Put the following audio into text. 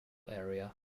area